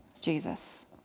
Jesus